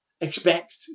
expect